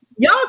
Y'all